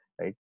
right